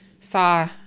saw